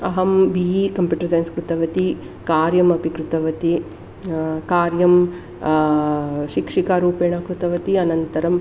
अहं B A computer science कृतवती कार्यमपि कृतवती कार्यं शिक्षिकारूपेण कृतवती अनन्तरम्